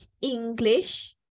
english